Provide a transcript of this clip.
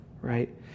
right